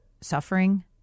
suffering